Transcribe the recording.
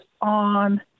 on